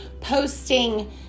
posting